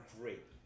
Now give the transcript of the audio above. Great